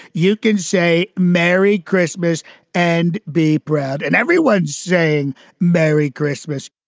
you can say merry christmas and be proud. and everyone's saying merry christmas